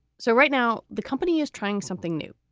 so right now, the company is trying something new,